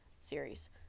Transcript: series